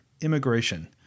immigration